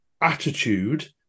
attitude